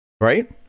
right